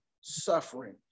suffering